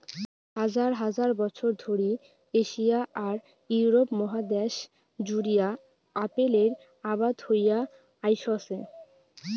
হাজার হাজার বছর ধরি এশিয়া আর ইউরোপ মহাদ্যাশ জুড়িয়া আপেলের আবাদ হয়া আইসছে